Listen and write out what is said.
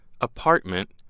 apartment